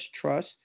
trust